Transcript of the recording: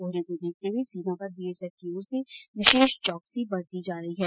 कोहरे को देखते हए सीमा पर बीएसएफ की ओर से विशेष चौकसी बरती जा रही है